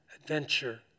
Adventure